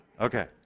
Okay